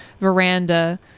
Veranda